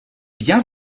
bien